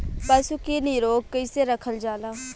पशु के निरोग कईसे रखल जाला?